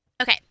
Okay